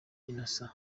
innocent